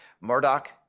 Murdoch